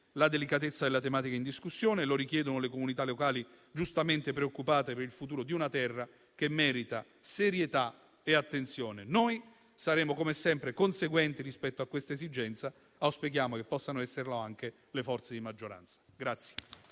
dalla delicatezza della tematica in discussione e dalle comunità locali, giustamente preoccupate per il futuro di una terra che merita serietà e attenzione. Noi saremo, come sempre, conseguenti rispetto a questa esigenza, ed auspichiamo che possano esserlo anche le forze di maggioranza.